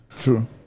True